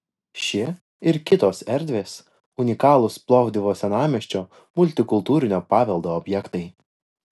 ši ir kitos erdvės unikalūs plovdivo senamiesčio multikultūrinio paveldo objektai